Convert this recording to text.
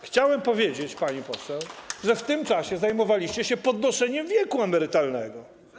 Chciałem powiedzieć, pani poseł, że w tym czasie zajmowaliście się podnoszeniem wieku emerytalnego.